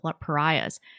pariahs